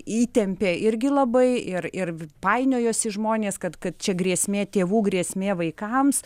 įtempė irgi labai ir ir painiojosi žmonės kad kad čia grėsmė tėvų grėsmė vaikams